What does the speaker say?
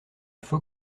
faut